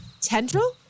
tendril